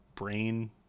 brain